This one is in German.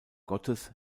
gottes